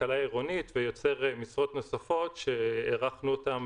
הכלכלה העירונית ויוצר משרות נוספות שהערכנו אותן